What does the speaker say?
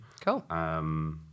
Cool